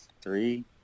three